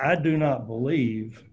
i do not believe